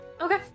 okay